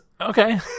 Okay